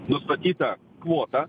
nustatytą kvotą